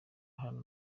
hano